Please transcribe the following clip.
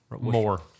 More